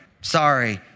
sorry